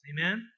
Amen